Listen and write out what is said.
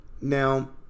Now